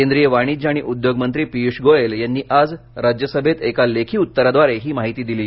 केंद्रीय वाणिज्य आणि उद्योग मंत्री पियुष गोयल यांनी आज राज्यसभेत एका लेखी उत्तराद्वारे ही माहिती दिली आहे